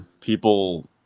people